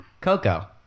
Coco